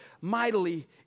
mightily